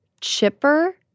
chipper